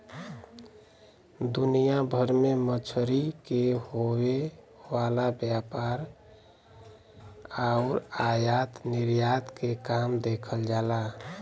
दुनिया भर में मछरी के होये वाला व्यापार आउर आयात निर्यात के काम देखल जाला